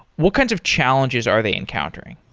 what kinds of challenges are they encountering?